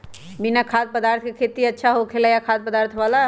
बिना खाद्य पदार्थ के खेती अच्छा होखेला या खाद्य पदार्थ वाला?